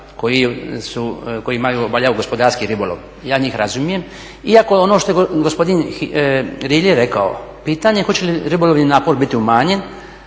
ribara koji obavljaju gospodarski ribolov, ja njih razumijem iako ono što je gospodin Rilje rekao pitanje hoće li ribolovni napor biti umanjen